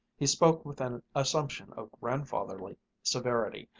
he spoke with an assumption of grandfatherly severity,